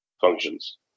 functions